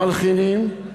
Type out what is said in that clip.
מלחינים,